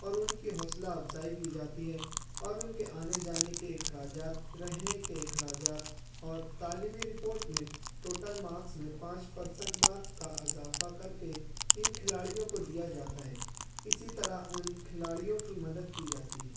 اور ان کی حوصلہ افزائی کی جاتی ہے اور ان کے آنے جانے کے اخراجات رہنے کے اخراجات اور تعلیمی رپوٹ میں ٹوٹل ماکس میں پانچ پرسنٹ مارک کا اضافہ کر کے ان کھلاڑیوں کو دیا جاتا ہے اسی طرح ان کھلاڑیوں کی مدد کی جاتی ہے